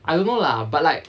I don't know lah but like